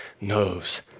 knows